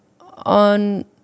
on